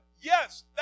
yes